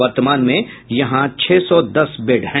वर्तमान में यहां छह सौ दस बेड हैं